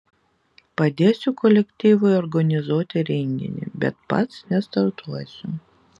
padėsiu kolektyvui organizuoti renginį bet pats nestartuosiu